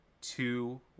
two